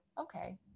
okay